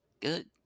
good